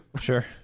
Sure